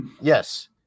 Yes